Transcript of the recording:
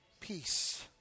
Peace